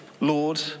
Lord